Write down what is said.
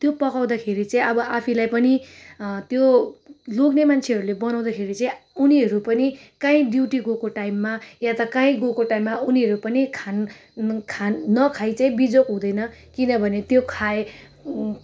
त्यो पकाउँदाखेरि चाहिँ अब आफैलाई पनि त्यो लोग्ने मान्छेहरूले बनाउँदाखेरि चाहिँ उनीहरू पनि कहीँ ड्युटी गएको टाइममा या त कहीँ गएको टाइममा उनीहरू पनि खान् खान् नखाइ चाहिँ बिजोग हुँदैन किनभने त्यो खाए